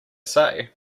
say